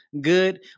good